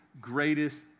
greatest